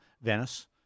Venice